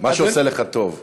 מה שעושה לך טוב.